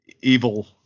evil